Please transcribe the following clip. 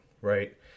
Right